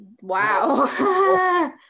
wow